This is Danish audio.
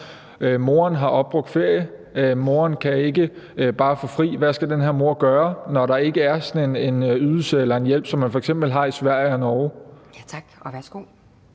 Moren har opbrugt ferie, og moren kan ikke bare få fri. Hvad skal den her mor gøre, når der ikke er sådan en ydelse eller hjælp, som man f.eks. har i Sverige og Norge? Kl.